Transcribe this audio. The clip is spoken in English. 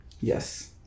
Yes